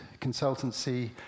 consultancy